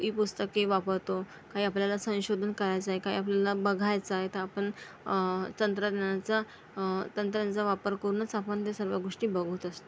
E पुस्तके वापरतो काही आपल्याला संशोधन करायचं आहे काय आपल्याला बघायचा आहे तर आपण तंत्रज्ञानाचा तंत्रांचा वापर करूनच आपण त्या सर्व गोष्टी बघत असतो